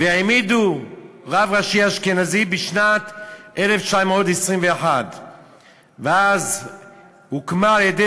והעמידו רב ראשי אשכנזי בשנת 1921. ואז הוקמה על-ידי